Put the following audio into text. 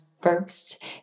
first